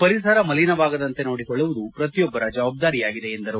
ಪರಿಸರ ಮಲೀನವಾಗದಂತೆ ನೋಡಿಕೊಳ್ಳುವುದು ಪ್ರತಿಯೊಬ್ಬರ ಜವಾಬ್ದಾರಿಯಾಗಿದೆ ಎಂದರು